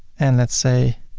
and let's say